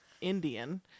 Indian